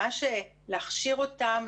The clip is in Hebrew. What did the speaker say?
ממש להכשיר אותם,